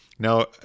Now